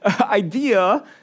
idea